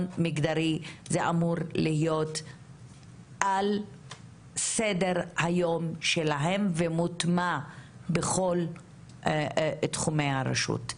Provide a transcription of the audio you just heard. מגדרי זה אמור להיות על סדר-היום שלהם ומוטמע בכל תחומי הרשות.